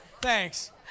Thanks